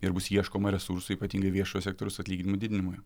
ir bus ieškoma resursų ypatingai viešojo sektoriaus atlyginimų didinimui